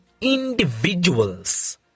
individuals